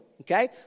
Okay